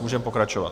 Můžeme pokračovat.